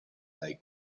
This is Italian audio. dai